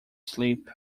sleep